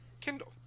Kindle